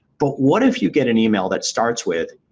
but what if you get an email that starts with,